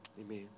amen